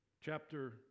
Chapter